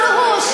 לא.